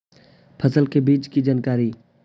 फसल के बीज की जानकारी?